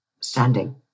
standing